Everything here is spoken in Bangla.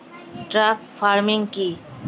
ট্রাক ফার্মিং কি?